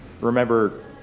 remember